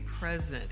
present